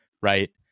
right